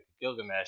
Gilgamesh